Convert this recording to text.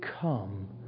come